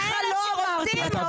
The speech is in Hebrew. כמו שהגדירה את זה השופטת דפנה ברק ארז,